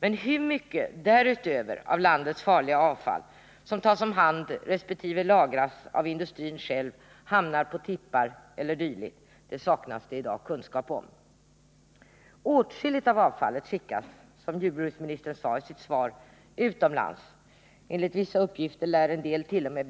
Men hur mycket därutöver av landets farliga avfall som tas om hand resp. lagras av industrin själv, hamnar på tippar e. d. saknas det i dag kunskap om. Åtskilligt avfall skickas, som jordbruksministern sade i sitt svar, utomlands. Enligt vissa uppgifter lär en delt.o.m.